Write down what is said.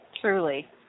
truly